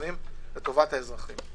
הנכונים לטובת האזרחים.